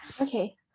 okay